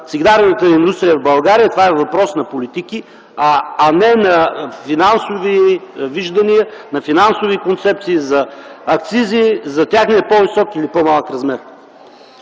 цигарената индустрия в България. Това е въпрос на политики, а не на финансови виждания, на финансови концепции за акцизи, за техния по-висок или по-малък размер.